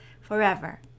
forever